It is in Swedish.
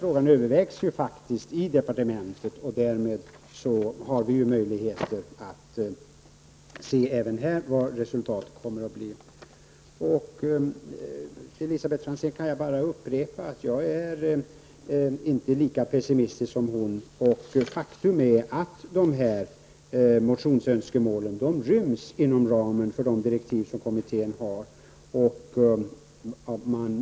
Frågan övervägs faktiskt i departementet, och därmed har vi möjligheter att även här se vad resultatet kommer att blir. Jag kan bara upprepa till Elisabet Franzén att jag är inte lika pessimistisk som hon. Faktum är att motionsönskemålen ryms inom ramen för de direktiv som kommittén har.